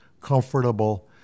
comfortable